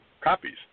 copies